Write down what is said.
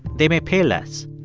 they may pay less.